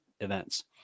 events